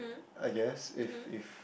I guess if if